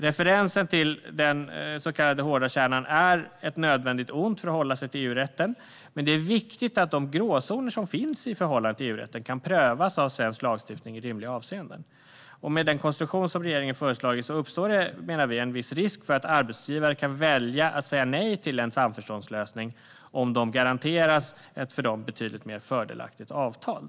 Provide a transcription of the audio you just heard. Referensen till den så kallade hårda kärnan är ett nödvändigt ont för att hålla sig till EU-rätten. Men det är viktigt att de gråzoner som finns i förhållande till EU-rätten kan prövas av svensk lagstiftning i rimliga avseenden. Med den konstruktion som regeringen föreslagit uppstår, menar vi, en risk för att arbetsgivare kan välja att säga nej till en samförståndslösning om de garanteras ett för dem betydligt mer fördelaktigt avtal.